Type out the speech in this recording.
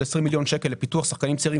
20 מיליון שקל לפיתוח שחקנים צעירים,